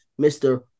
Mr